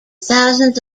thousands